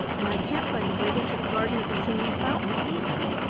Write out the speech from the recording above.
and i can't find the way into the garden of the singing fountain either.